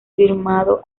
firmado